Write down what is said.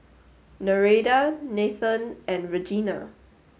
Nereida Nathen and Regina